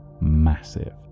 Massive